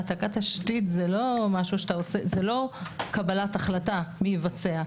העתקת תשתית זה לא קבלת החלטה מי יבצע,